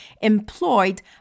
employed